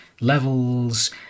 levels